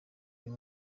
uyu